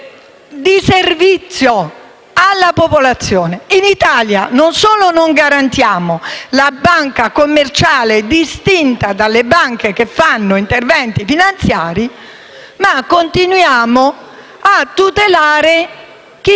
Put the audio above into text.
un servizio alla popolazione. In Italia non solo non garantiamo la distinzione tra banche commerciali e banche che fanno interventi finanziari, ma continuiamo a tutelare chi